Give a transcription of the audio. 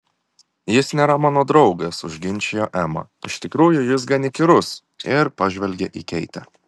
jis nėra mano draugas užginčijo ema iš tikrųjų jis gan įkyrus ir pažvelgė į keitę